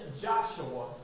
Joshua